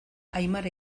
aimara